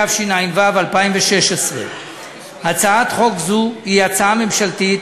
התשע"ו 2016. הצעת חוק זו היא הצעה ממשלתית,